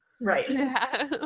Right